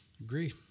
Agree